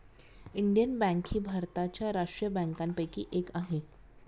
Indian bank ही भारताच्या राष्ट्रीय बँकांपैकी एक आहे